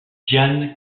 diane